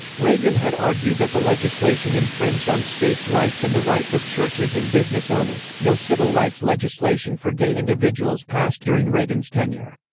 reagan had argued that the legislation infringed on states' rights and the rights of churches and business owners no civil rights legislation for gay individuals passed during reagan's tenure.